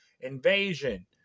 invasion